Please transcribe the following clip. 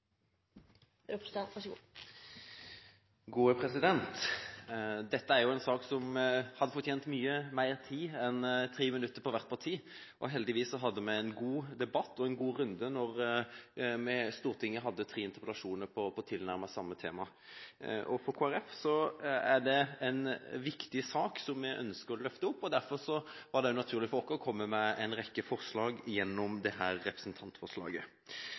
en sak som hadde fortjent mye mer tid enn 3 minutter på hvert parti. Heldigvis hadde vi en god debatt og en god runde da Stortinget hadde tre interpellasjoner om tilnærmet samme tema. For Kristelig Folkeparti er det en viktig sak, som vi ønsker å løfte opp, og derfor var det også naturlig for oss å komme med en rekke forslag gjennom dette representantforslaget. Vårt utgangspunkt er at det